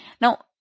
Now